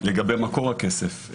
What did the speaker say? לגבי מקור הכסף,